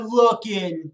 looking